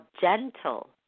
gentle